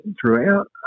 throughout